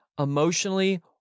emotionally